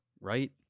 right